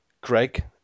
Greg